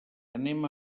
anem